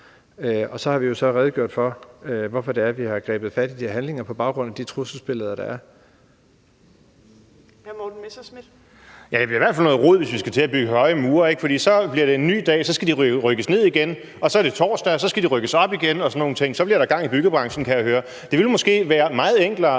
Kl. 13:32 Fjerde næstformand (Trine Torp): Hr. Morten Messerschmidt. Kl. 13:32 Morten Messerschmidt (DF): Det bliver i hvert fald noget rod, hvis vi skal til at bygge høje mure, for så bliver det en ny dag, og så skal de rives ned igen, og så er det torsdag, og så skal de bygges op igen og sådan nogle ting. Så bliver der gang i byggebranchen, kan jeg høre. Det ville måske være meget enklere,